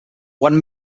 one